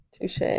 touche